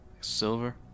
Silver